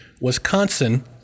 Wisconsin